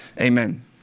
Amen